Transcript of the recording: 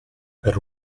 per